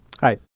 Hi